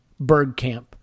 Bergkamp